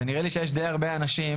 ונראה לי שיש די הרבה אנשים,